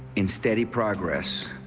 in steady progress